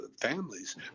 families